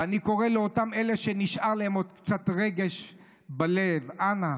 ואני קורא לאותם אלה שנשאר להם עוד קצת רגש בלב: אנא,